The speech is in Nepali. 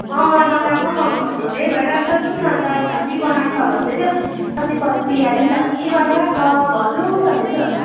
अँ नगएको पनि अब धेरै भइरहेको छ जाऔँ अन्त अब दामी बनाएको भन्दैथ्यो अस्ती पर प्रियाले पनि दामी बनाइरहेको छ भाउज्यू भन्दैथ्यो